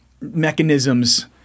mechanisms